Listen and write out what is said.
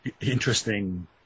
interesting